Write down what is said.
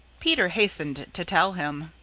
peter hastened to tell him.